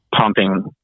pumping